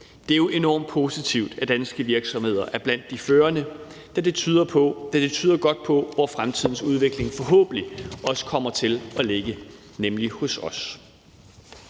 Det er jo enormt positivt, at danske virksomheder er blandt de førende, da det tyder godt på, hvor fremtidens udvikling forhåbentlig også kommer til at ligge, nemlig hos os.